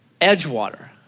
Edgewater